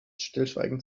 stillschweigend